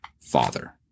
father